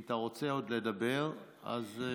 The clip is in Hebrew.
אם אתה רוצה עוד לדבר אז,